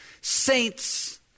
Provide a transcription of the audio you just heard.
Saints